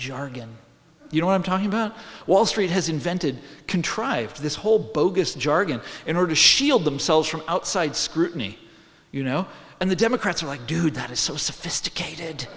jargon you know i'm talking about wall street has invented contrived this whole bogus jargon in order to shield themselves from outside scrutiny you know and the democrats are like dude that is so sophisticated